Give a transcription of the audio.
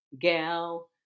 gal